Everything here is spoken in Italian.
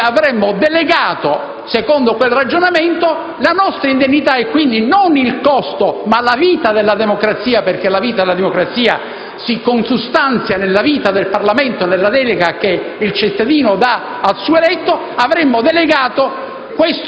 avremmo delegato, secondo quel ragionamento, la fissazione della nostra indennità - e quindi non il costo, ma la vita della democrazia, perché la vita della democrazia si consustanzia nella vita del Parlamento e nella delega che il cittadino dà al suo eletto - alla